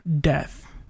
death